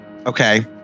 Okay